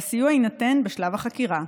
והסיוע יינתן בשלב החקירה.